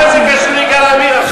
מה זה קשור ליגאל עמיר עכשיו?